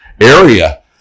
area